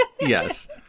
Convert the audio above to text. Yes